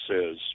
says